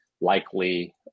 likely